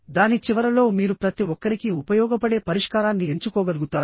దాని చివరలో మీరు ప్రతి ఒక్కరికీ ఉపయోగపడే పరిష్కారాన్ని ఎంచుకోగలుగుతారు